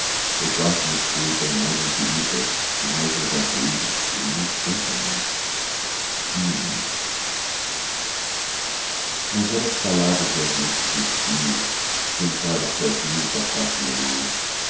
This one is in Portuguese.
eu guardo no peito a imagem querida do mais verdadeiro do mais santo amor minha mãe nas horas caladas das noites destio sentado sozinho coa face na mão